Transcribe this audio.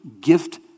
gift